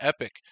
epic